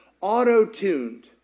auto-tuned